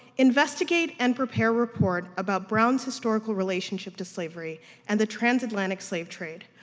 investigate and prepare report about brown's historical relationship to slavery and the transatlantic slave trade,